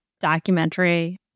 documentary